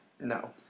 No